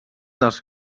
dels